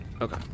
Okay